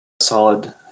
Solid